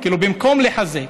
במקום לחזק.